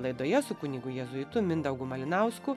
laidoje su kunigu jėzuitu mindaugu malinausku